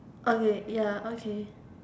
okay ya okay